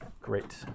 great